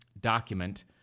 document